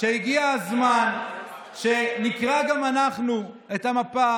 שהגיע הזמן שנקרא גם אנחנו את המפה